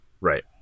Right